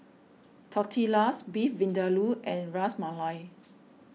Tortillas Beef Vindaloo and Ras Malai